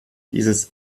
dieses